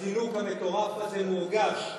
הזינוק המטורף הזה מורגש,